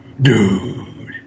Dude